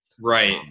Right